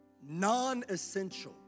Non-essential